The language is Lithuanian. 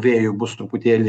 vėjų bus truputėlį